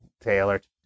tailored